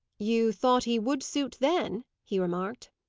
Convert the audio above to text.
you thought he would suit then? he remarked.